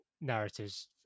narratives